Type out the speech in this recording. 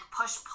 push